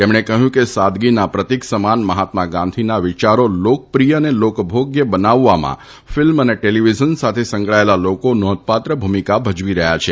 તેમણે કહ્યું કે સાદગીના પ્રતીક સમાન મહાત્મા ગાંધી ના વિયારો લોકપ્રિય અને લોકભોગ્ય બનાવવામાં ફિલ્મ અને ટેલીવિઝન સાથે સંકળાયેલા લોકો નોંધપાત્ર ભૂમિકા ભજવી રહ્યા છે